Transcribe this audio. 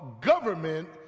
government